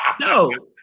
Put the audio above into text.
No